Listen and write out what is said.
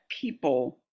people